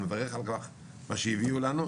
אני מברך על כך ועל מה שהביאו לנו,